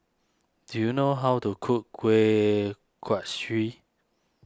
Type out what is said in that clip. do you know how to cook Kuih Kaswi